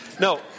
no